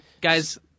Guys-